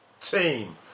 team